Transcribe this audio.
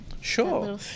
Sure